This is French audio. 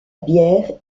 bière